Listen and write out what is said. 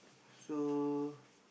so